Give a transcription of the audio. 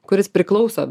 kuris priklauso